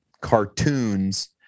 cartoons